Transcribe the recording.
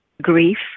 grief